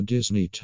Disney